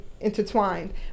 intertwined